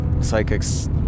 psychics